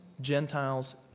Gentiles